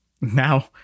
Now